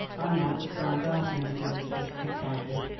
i might have found out, murmured elizabeth contritely.